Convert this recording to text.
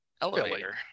Elevator